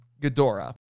Ghidorah